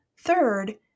Third